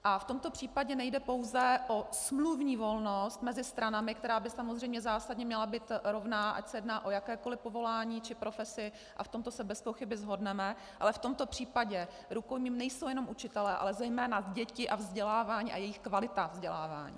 V tomto případě nejde pouze o smluvní volnost mezi stranami, která by samozřejmě zásadně měla být rovná, ať se jedná o jakékoli povolání či profesi, a v tomto se bezpochyby shodneme, ale v tomto případě rukojmím nejsou jenom učitelé, ale zejména děti a vzdělávání a kvalita jejich vzdělávání.